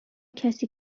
کسی